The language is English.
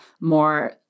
more